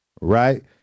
right